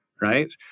right